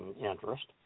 interest